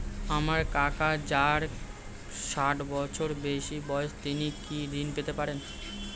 আমার কাকা যার ষাঠ বছরের বেশি বয়স তিনি কি ঋন পেতে পারেন?